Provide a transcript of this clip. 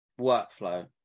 workflow